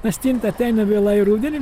nes stinta ateina vėlai rudenį